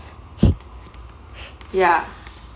ya